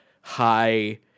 high